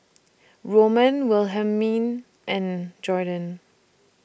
Roman Wilhelmine and Jorden